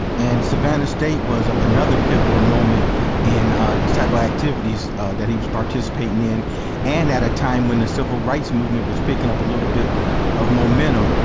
and savannah state was another pivotal moment in the type of activities that he was participating in and at a time when the civil rights movement was picking up a little bit of momentum.